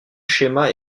schémas